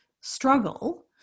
struggle